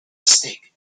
mistake